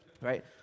right